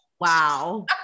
Wow